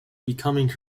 becoming